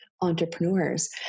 entrepreneurs